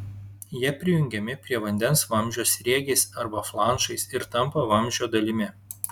jie prijungiami prie vandens vamzdžio sriegiais arba flanšais ir tampa vamzdžio dalimi